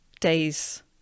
days